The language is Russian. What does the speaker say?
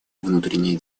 внутренние